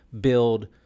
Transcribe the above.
build